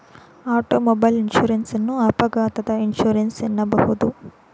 automobile insurance ಅನ್ನು ಅಪಘಾತ insurance ಎನ್ನಬಹುದು